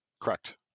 Correct